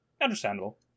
understandable